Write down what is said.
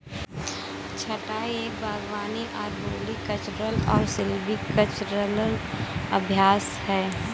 छंटाई एक बागवानी अरबोरिकल्चरल और सिल्वीकल्चरल अभ्यास है